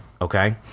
Okay